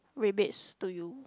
rebates to you